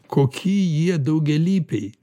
koki jie daugialypiai